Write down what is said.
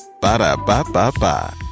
ba-da-ba-ba-ba